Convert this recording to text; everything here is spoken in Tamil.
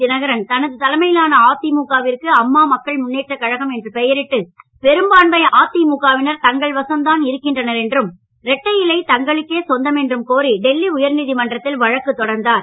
தினகரன் தனது தலைமையிலான அதிமுக விற்கு அம்மா மக்கள் முன்னேற்ற கழகம் என்று பெயரிட்டு பெரும்பான்மை அதிமுக வினர் தங்கள் வசம் தான் இருக்கின்றனர் என்றும் இரட்டை இலை தங்களுக்கே சொந்தம் என்றும் கோரி டெல்லி உயர்நீதிமன்றத்தில் வழக்கு தொடர்ந்தார்